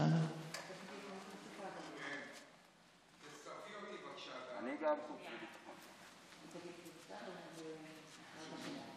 להעביר את הנושא לוועדת החוץ והביטחון נתקבלה.